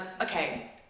okay